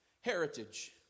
heritage